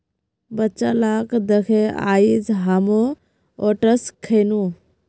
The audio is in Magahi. बच्चा लाक दखे आइज हामो ओट्स खैनु